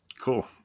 Cool